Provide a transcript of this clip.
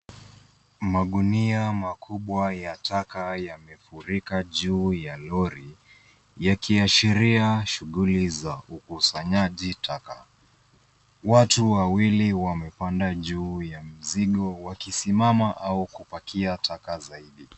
Magunia yamefunikwa juu ya Lori yakiashiria shughuli za ukusanyaji wa taka watu wawili wamepanda juu ya mizigo wakisimama au wakipakia taka zaidi.